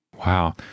Wow